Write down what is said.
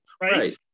Right